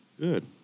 good